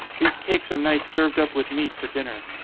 these cakes are nice served up with meat for dinner.